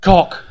Cock